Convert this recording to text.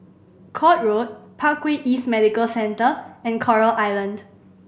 Court Road Parkway East Medical Centre and Coral Island